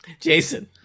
Jason